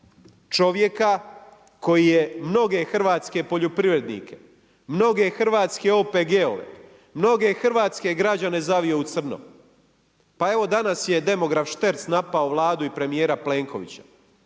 čovjeka koji je mnoge hrvatske poljoprivrednike, mnoge hrvatske OPG-ove, mnoge hrvatske građane zavio u crno. Pa evo danas je demograf Šterc napao Vladu i premijera Plenkovića